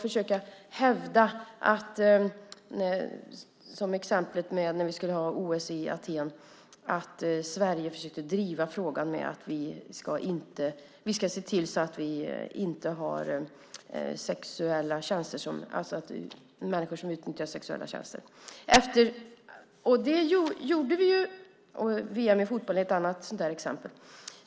När det till exempel skulle vara OS i Aten försökte Sverige driva frågan om att vi skulle se till att vi inte hade människor som utnyttjade sexuella tjänster. VM i fotboll är ett annat sådant exempel.